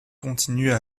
continue